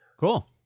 Cool